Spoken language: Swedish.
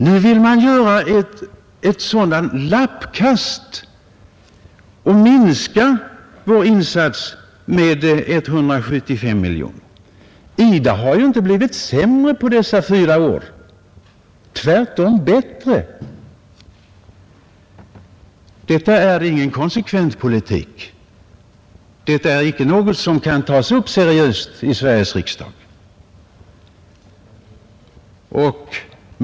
Nu vill man göra ett lappkast och minska vår insats till IDA med 175 miljoner kronor. IDA har inte blivit sämre på dessa fyra år — tvärtom bättre. Detta är ingen konsekvent politik. Denna motion kan inte tas upp seriöst i Sveriges riksdag.